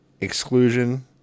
Exclusion